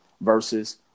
versus